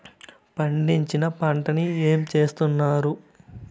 పండించిన పంటలని ఏమి చేస్తున్నారు?